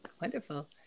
Wonderful